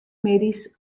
middeis